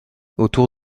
autour